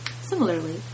Similarly